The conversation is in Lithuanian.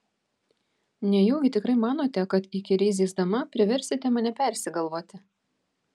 nejaugi tikrai manote kad įkyriai zyzdama priversite mane persigalvoti